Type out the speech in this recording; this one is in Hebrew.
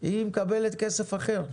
היא מקבלת כסף אחר,